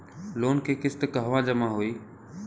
Loan के किस्त कहवा जामा होयी?